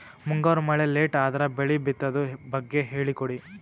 ಮುಂಗಾರು ಮಳೆ ಲೇಟ್ ಅದರ ಬೆಳೆ ಬಿತದು ಬಗ್ಗೆ ಹೇಳಿ ಕೊಡಿ?